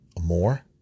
more